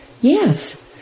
Yes